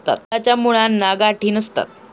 कंदाच्या मुळांना गाठी नसतात